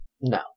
No